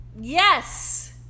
Yes